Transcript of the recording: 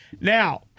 Now